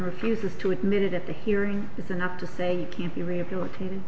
refuses to admit it at the hearing it's enough to say you can't be rehabilitated